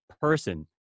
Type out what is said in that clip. person